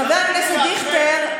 חבר הכנסת דיכטר,